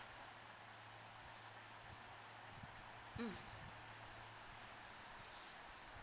mm